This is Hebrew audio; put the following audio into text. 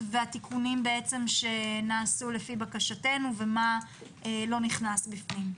והתיקונים שנעשו לפי בקשתנו ומה לא נכנס בפנים.